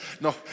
No